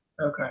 Okay